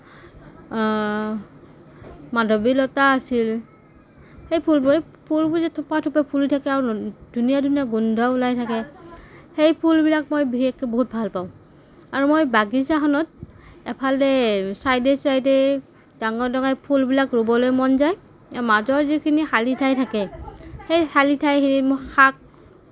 মাধৱীলতা আছিল সেই ফুলবোৰ যে থোপাথোপে ফুলি থাকে আৰু ধুনীয়া ধুনীয়া গোন্ধ ওলাই থাকে সেই ফুলবিলাক মই বিশেষকে বহুত ভাল পাওঁ আৰু মই বাগিছাখনত এফালে চাইডে চাইডে ডাঙৰ ডাঙৰ ফুলবিলাক ৰুবলৈ মন যায় মাজৰ যিখিনি খালি ঠাই থাকে সেই খালি ঠাইখিনিত মই শাক